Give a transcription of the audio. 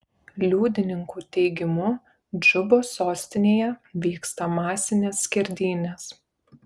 liudininkų teigimu džubos sostinėje vyksta masinės skerdynės